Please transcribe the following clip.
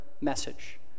message